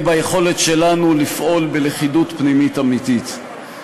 ביכולת שלנו לפעול בלכידות פנימית אמיתית,